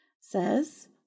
says